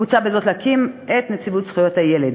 מוצע בזאת להקים את נציבות זכויות הילד.